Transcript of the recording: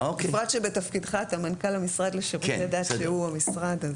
בפרט שבתפקידך אתה מנכ"ל המשרד לשירותי דת שהוא המשרד,